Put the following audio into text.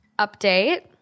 update